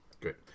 Great